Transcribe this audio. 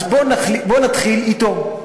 אז בוא נתחיל אתו.